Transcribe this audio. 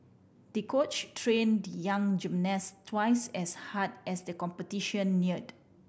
the coach train the young gymnast twice as hard as the competition neared